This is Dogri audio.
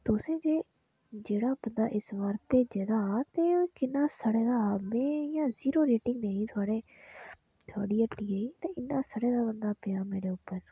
तुसें जे जेह्ड़ा तुं'दा वर्कर भेजे दा हा ते ओह् किन्ना सडे़ दा हा में इ'यां जीरो रेटिंग देनी थुआढ़ी हट्टिया गी कि इन्ना सडे़ दा बंदा पेआ मेरे उप्पर